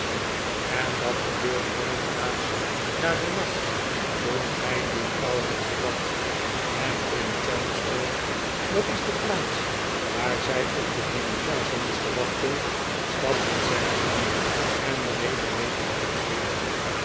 en dat gebeurde juist daags na den nacht toen gij die kou hebt gevat en in chelmsford dat is de plaats waar zij op de diligence moesten wachten stapten zij in en reden mee tot